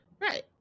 Right